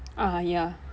ah ya